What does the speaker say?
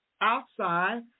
outside